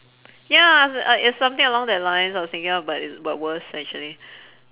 ya i~ uh it's something along that lines I was thinking of but i~ but worse actually